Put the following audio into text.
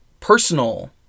personal